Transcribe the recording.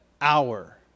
hour